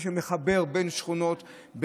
שמחבר בין שכונות,